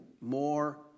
more